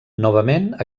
novament